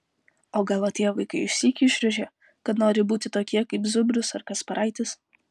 o gal atėję vaikai išsyk išrėžia kad nori būti tokie kaip zubrus ar kasparaitis